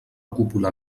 cúpula